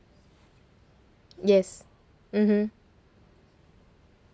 yes mmhmm